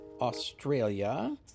australia